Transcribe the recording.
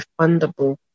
refundable